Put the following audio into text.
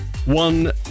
One